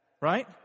right